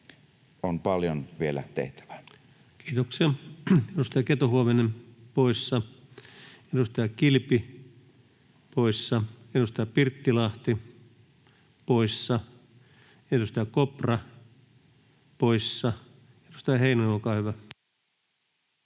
18:35 Content: Kiitoksia. — Edustaja Keto-Huovinen poissa, edustaja Kilpi poissa, edustaja Pirttilahti poissa, edustaja Kopra poissa. — Edustaja Heinonen, olkaa hyvä.